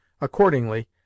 Accordingly